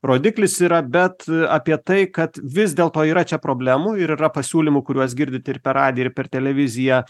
rodiklis yra bet apie tai kad vis dėlto yra čia problemų ir yra pasiūlymų kuriuos girdit ir per radiją ir per televiziją